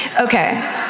Okay